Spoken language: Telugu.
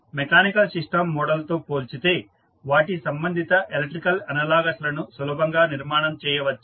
మెకానికల్ సిస్టం మోడల్ లతో పోల్చితో వాటి సంబంధిత ఎలక్ట్రికల్ అనాలజీ లను సులభంగా నిర్మాణం చేయవచ్చు